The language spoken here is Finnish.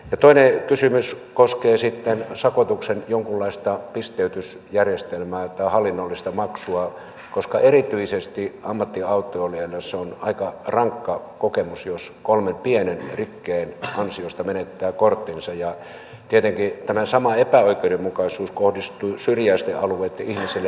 toinen kysymys koskee sitten sakotuksen jonkunlaista pisteytysjärjestelmää tai hallinnollista maksua koska erityisesti ammattiautoilijalle se on aika rankka kokemus jos kolmen pienen rikkeen ansiosta menettää korttinsa ja tietenkin tämä sama epäoikeudenmukaisuus kohdistuu syrjäisten alueitten ihmisille